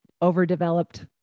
overdeveloped